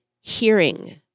hearing